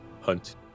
hunt